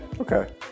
Okay